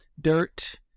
dirt